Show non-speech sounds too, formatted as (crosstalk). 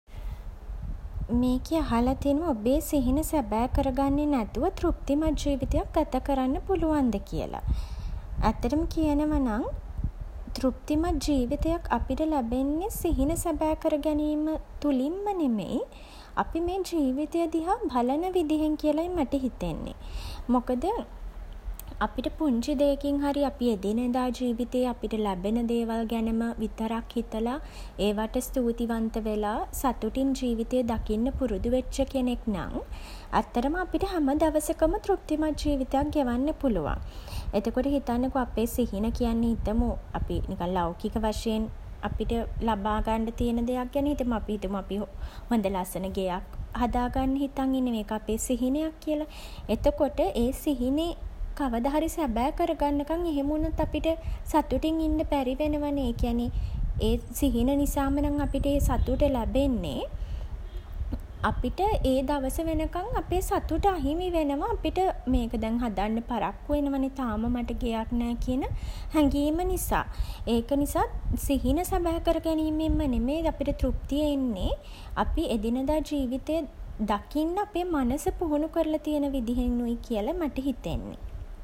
මේකේ අහල තියනවා ඔබේ සිහින සැබෑ කර ගන්නේ නැතුව තෘප්තිමත් ජීවිතයක් ගත කරන්න පුලුවන්ද කියලා. ඇත්තටම කියනවනම් (hesitation) තෘප්තිමත් ජීවිතයක් අපිට ලැබෙන්නේ (hesitation) සිහින සැබෑ කර ගැනීම (hesitation) තුළින්ම නෙමෙයි (hesitation) අපි මේ ජීවිතය දිහා බලන විදිහෙන් කියලයි මට හිතෙන්නේ. මොකද (hesitation) අපිට පුංචි දේකින් හරි (hesitation) අපි එදිනෙදා ජීවිතේ (hesitation) අපිට ලැබෙන දේවල් ගැනම විතරක් (hesitation) හිතලා (hesitation) ඒවට සතූතිවන්ත වෙලා (hesitation) සතුටින් ජීවිතේ දකින්න පුරුදු වෙච්ච කෙනෙක් නම් (hesitation) ඇත්තටම අපිට හැම දවසකම තෘප්තිමත් ජීවිතයක් ගෙවන්න පුළුවන්. එතකොට හිතන්නකෝ අපේ සිහින කියන්නේ හිතමු (hesitation) අපි නිකන් ලෞකික වශයෙන් අපිට (hesitation) ලබා ගන්ඩ තියෙන දෙයක් ගැන හිතමු. අපි හිතමු (hesitation) අපි හොඳ ලස්සන ගෙයක් (hesitation) හදා ගන්න හිතන් ඉන්නවා (hesitation) ඒක අපේ සිහිනයක් කියලා. එතකොට (hesitation) ඒ සිහිනෙ (hesitation) කවද හරි සැබෑ කර ගන්න කම් (hesitation) එහෙම වුණොත් අපිට (hesitation) සතුටින් ඉන්න බැරි වෙනවනේ (hesitation) ඒ කියන්නේ ඒ සිහින නිසාම නම් (hesitation) අපිට ඒ සතුට (hesitation) ලැබෙන්නේ (hesitation) අපිට ඒ දවස (hesitation) වෙනකන් අපේ සතුට අහිමි වෙනවා අපිට (hesitation) මේක දැන් හදන්න පරක්කු වෙනවනේ තාම මට ගෙයක් නෑ කියන හැඟීම නිසා. ඒක නිසා (hesitation) සිහින සැබෑ කර ගැනීමෙන්ම නෙමෙයි අපිට (hesitation) තෘප්තිය එන්නේ. අපි (hesitation) vඑදිනෙදා ජීවිතය දකින්න අපේ මනස පුහුණු කරලා තියෙන විදිහෙනුයි කියල මට හිතෙන්නේ.